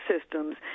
systems